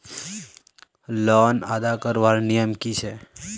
Loan अदा करवार नियम की छे?